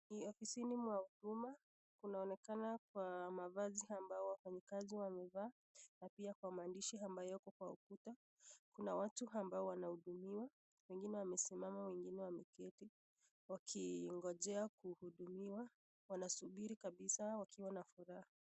Ni ofisini mwa huduma, kuna onekana kwa mavazi ambao wafanyikazi wamevaa na pia kwa maandishi ambayo yako kwa ukuta. Kuna watu ambao wana hudumiwa, wengine wamesimama, wengine wame keti waki ngojea kuhudumiwa wanasubiri kabisa wakiwa na furaha.